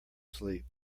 sleep